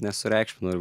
nesureikšminau ir